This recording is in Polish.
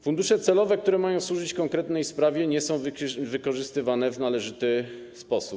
Fundusze celowe, które mają służyć konkretnej sprawie, nie są wykorzystywane w należyty sposób.